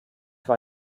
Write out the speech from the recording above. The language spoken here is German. war